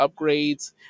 upgrades